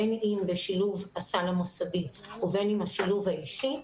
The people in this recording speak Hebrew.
בין אם בשילוב הסל המוסדי ובין אם בשילוב האישי,